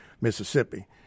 Mississippi